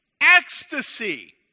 Ecstasy